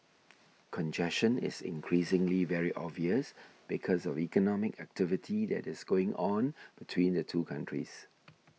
congestion is increasingly very obvious because of economic activity that is going on between the two countries